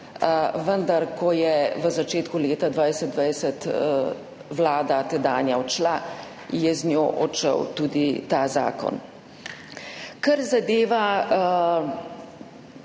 vendar ko je v začetku leta 2020 tedanja vlada odšla, je z njo odšel tudi ta zakon. Kar zadeva